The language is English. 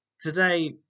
today